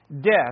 death